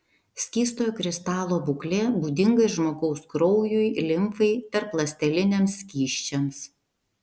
skystojo kristalo būklė būdinga ir žmogaus kraujui limfai tarpląsteliniams skysčiams